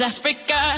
Africa